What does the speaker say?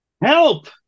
Help